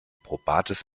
probates